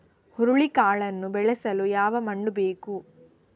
ಹುರುಳಿಕಾಳನ್ನು ಬೆಳೆಸಲು ಯಾವ ಮಣ್ಣು ಬೇಕು?